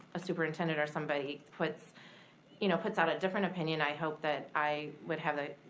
a superintendent or somebody puts you know puts out a different opinion, i hope that i would have a,